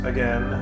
Again